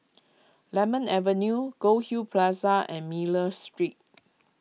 Lemon Avenue Goldhill Plaza and Miller Street